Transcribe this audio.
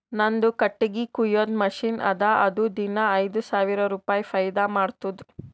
ನಂದು ಕಟ್ಟಗಿ ಕೊಯ್ಯದ್ ಮಷಿನ್ ಅದಾ ಅದು ದಿನಾ ಐಯ್ದ ಸಾವಿರ ರುಪಾಯಿ ಫೈದಾ ಮಾಡ್ತುದ್